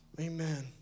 amen